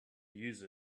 use